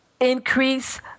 Increase